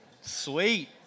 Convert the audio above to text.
sweet